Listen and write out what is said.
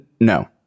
no